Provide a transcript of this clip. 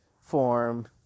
form